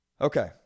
Okay